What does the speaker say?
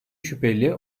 şüpheli